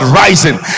rising